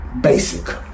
basic